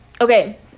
Okay